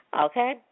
Okay